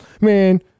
Man